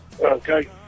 okay